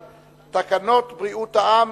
היא טרם מומשה,